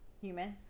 Humans